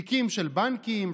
תיקים של בנקים,